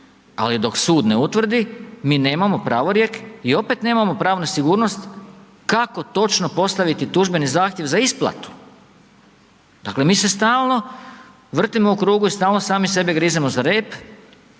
ali dok sud ne utvrdi, mi nemamo pravorijek i opet nemamo pravnu sigurnost, kako točno postaviti tužbeni zahtjev za isplatu. Dakle, mi se stalno vrtimo u krugu i stalno sami sebe grizemo za rep,